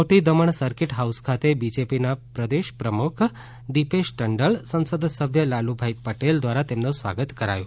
મોટી Daman circuit house ખાતે બીજેપીના પ્રદેશ પ્રમુખ દીપેશ ટંડેલ સંસદ સભ્ય લાલુભાઈ પટેલ દ્વારા તેમનો સ્વાગત કરાયું